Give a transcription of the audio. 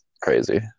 Crazy